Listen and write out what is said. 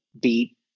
beat